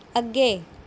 ਅੱਗੇ